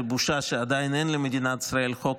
זה בושה שעדיין אין למדינת ישראל חוק